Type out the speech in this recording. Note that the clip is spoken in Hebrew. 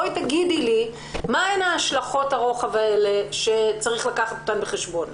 בואי תגידי לי מה הן השלכות הרוחב האלה שצריך לקחת אותן בחשבון.